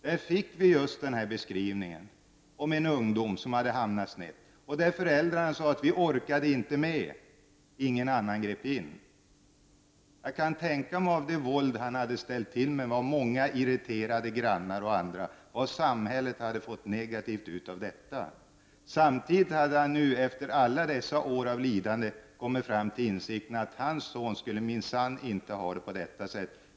Där fanns just en beskrivning av en ung människa som hade hamnat snett. Föräldrarna sade: Vi orkar inte med. Men ingen grep in. Jag kan föreställa mig hur negativt detta har blivit för samhället, till följd av det våld som den här unge mannen har åstadkommit. Många grannar och andra har varit irriterade. Samtidigt har den här unge mannen efter alla år av lidande kommit till insikten att hans son minsann inte skall ha det på samma sätt.